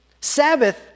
Sabbath